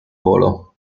volo